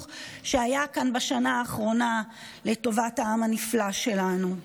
שהיה כאן בשנה האחרונה לטובת העם הנפלא שלנו.